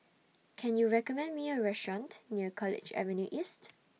Can YOU recommend Me A Restaurant near College Avenue East